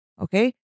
Okay